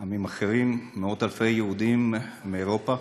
ועמים אחרים, מאות אלפי יהודים מאירופה